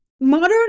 Modern